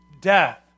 death